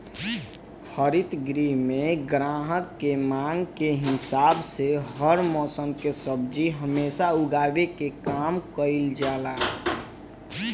हरित गृह में ग्राहक के मांग के हिसाब से हर मौसम के सब्जी हमेशा उगावे के काम कईल जाला